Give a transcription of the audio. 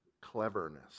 cleverness